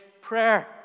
prayer